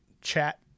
chat